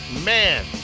man